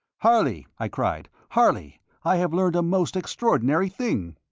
harley! i cried, harley! i have learned a most extraordinary thing!